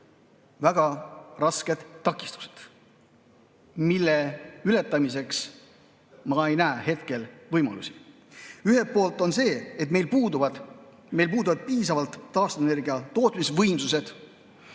väga rasked takistused, mille ületamiseks ma ei näe hetkel võimalusi. Ühelt poolt on see, et meil puuduvad piisavad taastuvenergia tootmisvõimsused